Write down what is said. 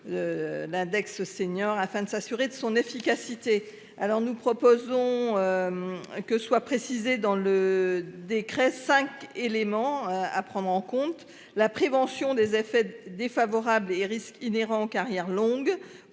L'index seniors afin de s'assurer de son efficacité. Alors nous proposons. Que soit précisée dans le décret 5 élément à prendre en compte la prévention des effets défavorables et risques inhérents carrières longues